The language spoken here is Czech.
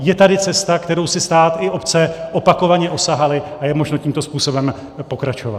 Je tady cesta, kterou si stát i obce opakovaně osahaly, a je možno tímto způsobem pokračovat.